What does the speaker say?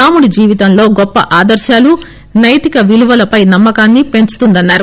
రాముడి జీవితంలో గొప్ప ఆదర్శాలు నైతికవిలువలపై నమ్మకాన్ని పెంచుతుందన్నారు